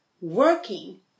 working